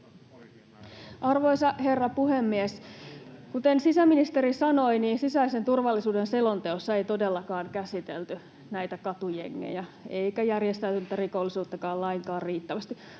Arvoisa herra puhemies! Kuten sisäministeri sanoi, niin sisäisen turvallisuuden selonteossa ei todellakaan käsitelty näitä katujengejä eikä järjestäytynyttä rikollisuuttakaan lainkaan riittävästi.